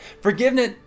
Forgiveness